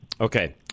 Okay